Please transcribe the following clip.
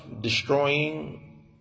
destroying